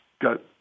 got